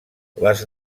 les